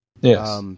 yes